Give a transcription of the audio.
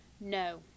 no